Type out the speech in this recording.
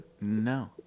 No